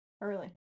early